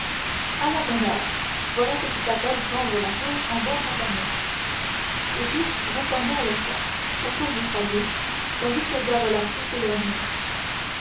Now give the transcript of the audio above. la bonne heure voilà ce qui s'appelle prendre la chose en bon compagnon et tous reformèrent le cercle autour du foyer tandis que diavolaccio s'éloignait